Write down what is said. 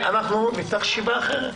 הישיבה ננעלה בשעה 11:48.